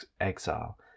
exile